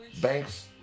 Banks